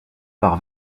par